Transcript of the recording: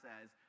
says